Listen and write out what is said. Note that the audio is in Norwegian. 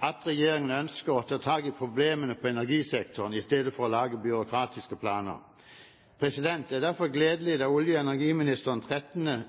at regjeringen ønsker å ta tak i problemene på energisektoren i stedet for å lage byråkratiske planer. Det var derfor gledelig da olje- og energiministeren